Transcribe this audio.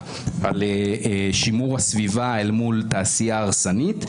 על שימור הסביבה אל מול תעשייה הרסנית,